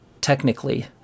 technically